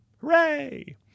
Hooray